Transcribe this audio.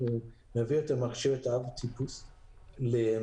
נעביר את המכשיר או האב טיפוס למעבדה.